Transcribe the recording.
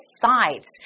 sides